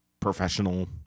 Professional